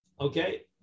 Okay